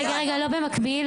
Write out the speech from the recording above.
רגע, לא במקביל.